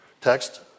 Text